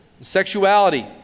sexuality